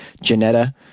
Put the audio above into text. Janetta